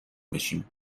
بشیم